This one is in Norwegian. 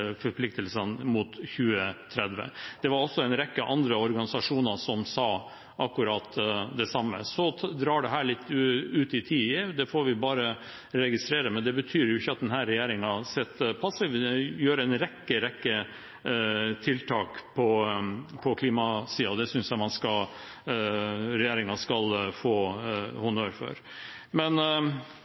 mot 2030. En rekke andre organisasjoner sa akkurat det samme. Så drar dette litt ut i tid. Det får vi bare registrere, men det betyr jo ikke at denne regjeringen sitter passiv. Den gjør en rekke tiltak på klimasiden, og det synes jeg regjeringen skal få honnør for. Jeg forventer at olje- og gasspolitikken ligger fast, også etter denne debatten, men